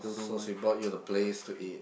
so she bought you the place to eat